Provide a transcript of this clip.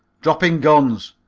dropping guns!